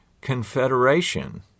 confederation